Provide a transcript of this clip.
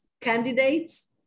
candidates